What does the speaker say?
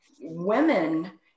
women